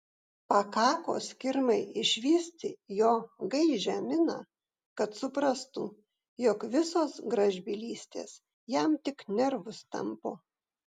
pakako skirmai išvysti jo gaižią miną kad suprastų jog visos gražbylystės jam tik nervus tampo